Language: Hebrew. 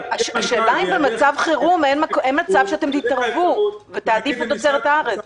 השאלה אם במצב חירום אין אפשרות שאתם תתערבו ותעדיפו תוצרת הארץ.